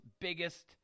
biggest